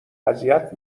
اذیت